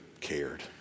cared